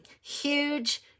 huge